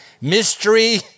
Mystery